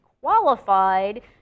qualified